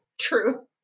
true